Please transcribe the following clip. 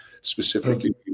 specifically